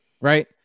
right